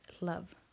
love